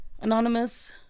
anonymous